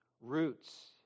roots